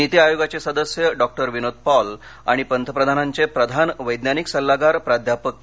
निती आयोगाचे सदस्य डॉक्टर विनोद पॉल आणि पंतप्रधानांचे प्रधान वैज्ञानिक सल्लागार प्राध्यापक के